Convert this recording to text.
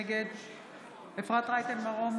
נגד אפרת רייטן מרום,